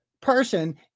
person